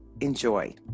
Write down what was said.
enjoy